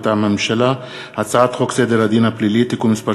מטעם הממשלה: הצעת חוק סדר הדין הפלילי (תיקון מס'